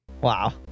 Wow